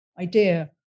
idea